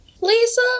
Lisa